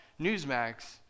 Newsmax